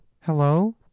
Hello